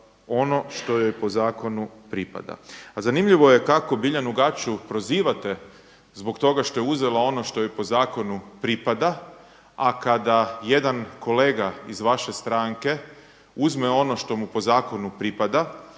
ono što joj po zakonu pripada. A zanimljivo je kao Biljanu Gaću prozivate zbog toga što je uzela ono što joj po zakonu pripada, a kada jedan kolega iz vaše stranke uzme ono što mu po zakonu pripada